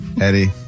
Eddie